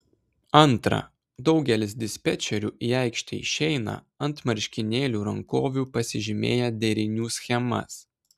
antra daugelis dispečerių į aikštę išeina ant marškinėlių rankovių pasižymėję derinių schemas